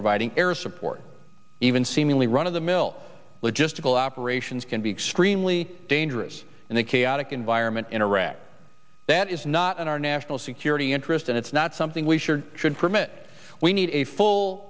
providing air support even seemingly run of the mill logistical operations can be extremely dangerous in a chaotic environment in iraq that is not in our national security interest and it's not something we should should permit we need a full